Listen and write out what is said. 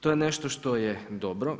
To je nešto što je dobro.